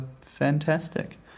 fantastic